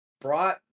brought